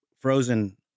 frozen